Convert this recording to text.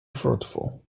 fruitful